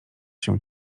się